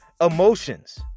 emotions